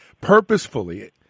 purposefully